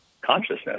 consciousness